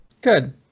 Good